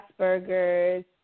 Asperger's